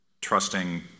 trusting